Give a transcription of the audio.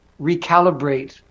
recalibrate